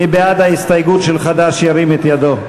מי בעד ההסתייגות של חד"ש, ירים את ידו.